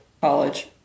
college